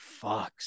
Fucks